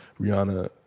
Rihanna